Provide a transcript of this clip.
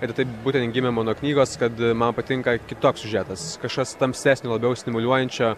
ir taip būtent gimė mano knygos kad man patinka kitoks siužetas kažkas tamsesnio labiau stimuliuojančio